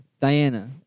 Diana